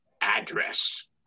address